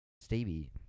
Stevie